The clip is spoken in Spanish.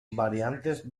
variantes